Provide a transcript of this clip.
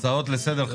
הצעות לסדר.